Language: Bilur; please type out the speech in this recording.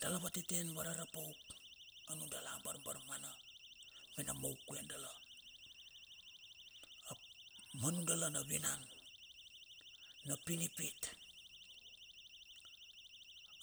Dala vateteen varara pauk anun dala abarmana mena maukue dala ap ma nun dala na vinan na pinpit,